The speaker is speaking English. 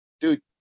dude